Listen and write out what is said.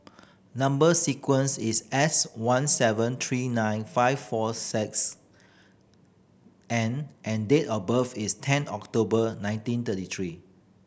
number sequence is S one seven three nine five four six N and date of birth is ten October nineteen thirty three